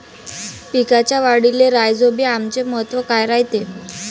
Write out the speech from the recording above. पिकाच्या वाढीले राईझोबीआमचे महत्व काय रायते?